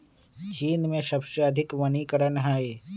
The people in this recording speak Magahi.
चीन में सबसे अधिक वनीकरण हई